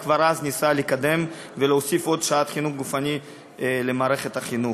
וכבר אז ניסה לקדם ולהוסיף עוד שעת חינוך גופני למערכת החינוך.